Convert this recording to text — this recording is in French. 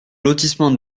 lotissement